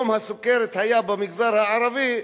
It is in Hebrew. הסוכרת היתה במגזר הערבי,